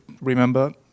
remember